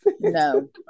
no